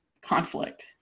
conflict